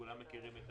כולם מכירים את